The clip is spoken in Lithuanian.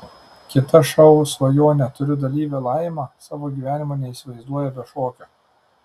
kita šou svajonę turiu dalyvė laima savo gyvenimo neįsivaizduoja be šokio